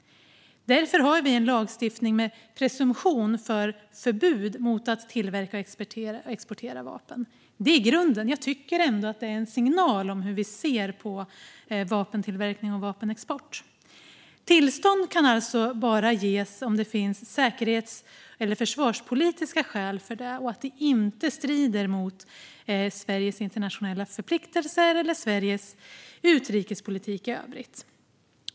Därför har vi en lagstiftning med presumtion för förbud mot att tillverka och exportera vapen. Detta är grunden, och jag tycker att det är en signal om hur vi ser på vapentillverkning och vapenexport. Tillstånd kan alltså bara ges om det finns säkerhets eller försvarspolitiska skäl för det och om det inte strider mot Sveriges internationella förpliktelser eller Sveriges utrikespolitik i övrigt.